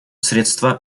средства